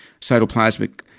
cytoplasmic